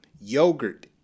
Yogurt